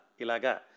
ilaga